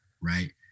right